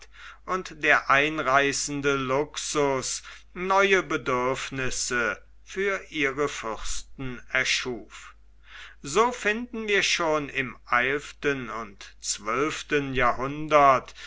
und der einreißende luxus neue bedürfnisse für ihre fürsten erschuf so finden wir schon im eilften und zwölften jahrhundert